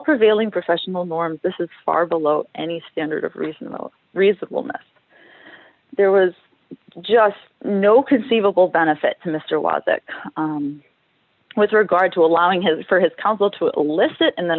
prevailing professional norms this is far below any standard of reasonable reasonableness there was just no conceivable benefit to mr was it with regard to allowing his for his counsel to elicit and then